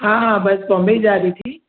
हा हा बस बॉम्बे ही जा रही थी